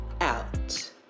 out